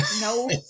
no